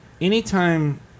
Anytime